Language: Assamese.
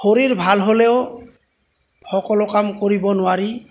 শৰীৰ ভাল হ'লেও সকলো কাম কৰিব নোৱাৰি